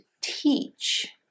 teach